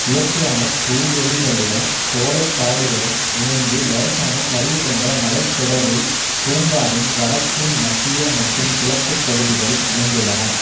இயற்கையான புல்வெளிகளுடன் சோலைக் காடுகளும் இணைந்து லேசான சரிவு கொண்ட மலைத் தொடரில் பூங்காவின் வடக்கு மத்திய மற்றும் கிழக்குப் பகுதிகள் அமைந்துள்ளன